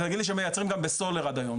והוא יגיד לי שמייצרים גם בסולר עוד היום,